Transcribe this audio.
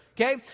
okay